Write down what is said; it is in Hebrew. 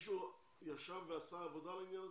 מישהו ישב ועשה עבודה על העניין הזה?